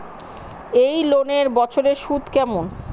এই লোনের বছরে সুদ কেমন?